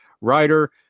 writer